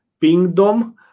pingdom